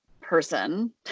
person